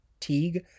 Teague